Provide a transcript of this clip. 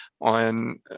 on